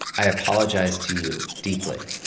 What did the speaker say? i apologize to you deeply.